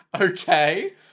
Okay